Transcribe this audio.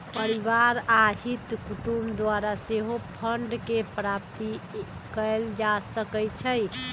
परिवार आ हित कुटूम द्वारा सेहो फंडके प्राप्ति कएल जा सकइ छइ